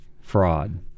fraud